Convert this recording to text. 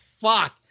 fuck